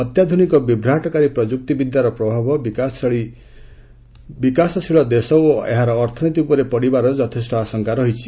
ଅତ୍ୟାଧୁନିକ ବିଭ୍ରାଟକାରୀ ପ୍ରଯୁକ୍ତି ବିଦ୍ୟାର ପ୍ରଭାବ ବିକାଶଶୀଳ ଦେଶ ଓ ଏହାର ଅର୍ଥନୀତି ଉପରେ ପଡ଼ିବାର ଯଥେଷ୍ଟ ଆଶଙ୍କା ରହିଛି